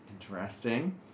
Interesting